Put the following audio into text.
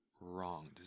Wrong